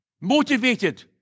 motivated